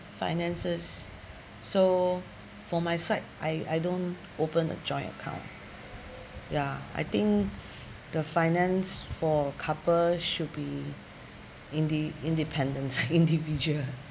finances so for my side I I don't open a joint account ya I think the finance for couple should be inde~ independent individual